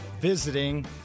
visiting